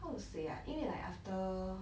how to say like 因为 like after